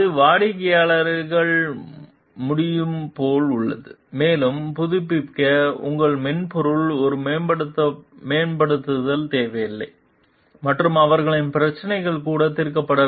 அது வாடிக்கையாளர்கள் முடியும் போல் உள்ளது மேலும் புதுப்பிக்க உங்கள் மென்பொருள் ஒரு மேம்படுத்தல் தேவையில்லை மற்றும் அவர்களின் பிரச்சினைகள் கூட தீர்க்கப்பட